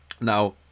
Now